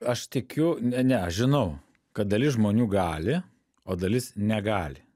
aš tikiu ne ne žinau kad dalis žmonių gali o dalis negali